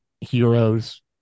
heroes